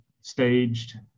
staged